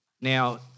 Now